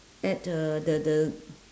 add the the the